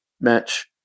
match